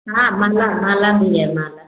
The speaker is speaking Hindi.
हाँ माला माला भी है माला